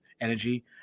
energy